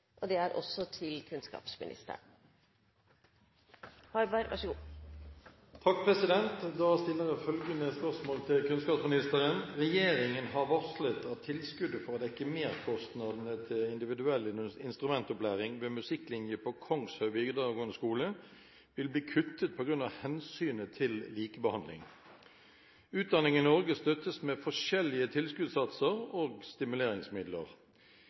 kunnskapsministeren: «Regjeringen har varslet at tilskuddet for å dekke merkostnadene til individuell instrumentopplæring ved musikklinjen på Kongshaug Videregående skole vil bli kuttet på grunn av hensynet til likebehandling. Utdanning i Norge støttes med forskjellige tilskuddssatser og stimuleringsmidler.